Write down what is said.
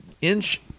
inch